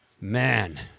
man